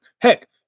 Heck